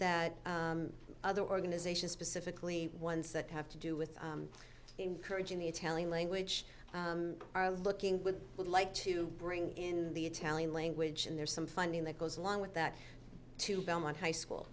that other organizations specifically ones that have to do with encouraging the italian language are looking good would like to bring in the italian language and there's some funding that goes along with that to belmont high school